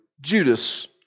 Judas